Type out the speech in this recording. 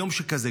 ביום שכזה,